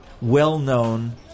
well-known